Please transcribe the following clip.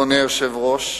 אדוני היושב-ראש,